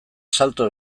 salto